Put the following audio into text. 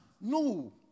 No